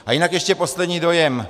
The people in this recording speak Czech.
A jinak ještě poslední dojem.